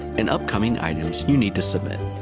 and upcoming items you need to submit.